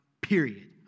period